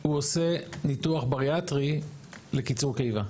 הוא עושה ניתוח בריאטרי לקיצור קיבה.